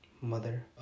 Mother